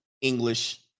English